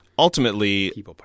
Ultimately